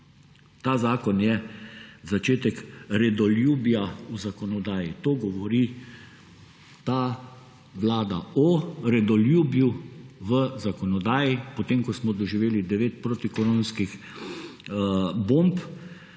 ta zakon je začetek redoljubja v zakonodaji. To govori ta vlada o redoljubju v zakonodaji, potem ko smo doživeli devet protikoronskih bomb,